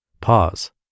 Pause